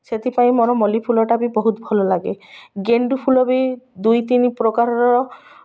ସେଥିପାଇଁ ମୋର ମଲ୍ଲି ଫୁଲଟା ବି ବହୁତ ଭଲ ଲାଗେ ଗେଣ୍ଡୁ ଫୁଲ ବି ଦୁଇ ତିନି ପ୍ରକାରର